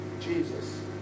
Jesus